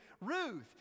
Ruth